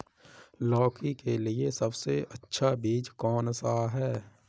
लौकी के लिए सबसे अच्छा बीज कौन सा है?